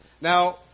Now